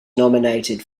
nominated